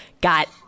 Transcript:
got